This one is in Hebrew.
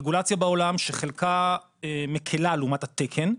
לרגולציה בעולם שחלקה מקילה לעומת התקן,